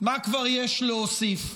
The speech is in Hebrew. מה כבר יש להוסיף?